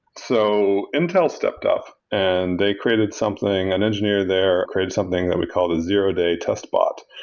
so intel stepped up and they created something an engineer there created something that we call the zero-day test bot.